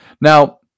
Now